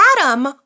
Adam